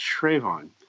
Trayvon